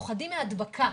פוחדים מהדבקה.